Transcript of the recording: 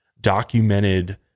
documented